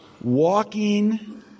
walking